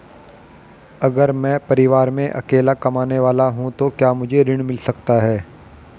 अगर मैं परिवार में अकेला कमाने वाला हूँ तो क्या मुझे ऋण मिल सकता है?